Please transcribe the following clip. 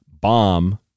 bomb